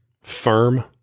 firm